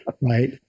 Right